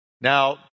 Now